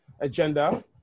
agenda